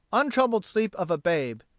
untroubled sleep of a babe.